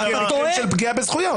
כי יש פגיעה בזכויות.